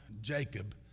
Jacob